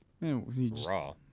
Raw